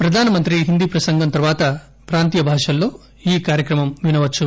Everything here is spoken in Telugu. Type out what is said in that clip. ప్రధానమంత్రి హిందీ ప్రసంగం తర్వాత ప్రాంతీయ భాషల్లో ఈ కార్యక్రమం వినవచ్చు